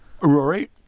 Rory